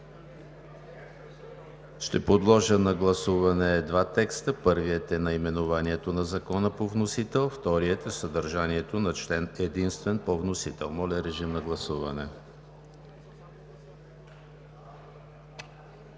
Ще подложа на гласуване два текста – първият е наименованието на Закона по вносител, вторият е съдържанието на Член единствен по вносител. Гласували